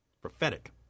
Prophetic